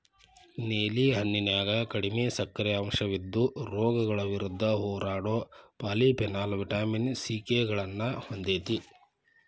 ನೇಲಿ ಹಣ್ಣಿನ್ಯಾಗ ಕಡಿಮಿ ಸಕ್ಕರಿ ಅಂಶವಿದ್ದು, ರೋಗಗಳ ವಿರುದ್ಧ ಹೋರಾಡೋ ಪಾಲಿಫೆನಾಲ್, ವಿಟಮಿನ್ ಸಿ, ಕೆ ಗಳನ್ನ ಹೊಂದೇತಿ